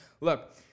Look